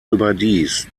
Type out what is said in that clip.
überdies